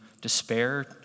despair